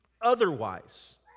Otherwise